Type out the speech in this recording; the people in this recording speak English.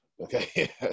Okay